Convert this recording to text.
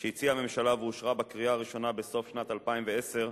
שהציעה הממשלה ואושרה בקריאה הראשונה בסוף שנת 2010,